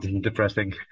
depressing